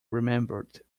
remembered